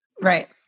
Right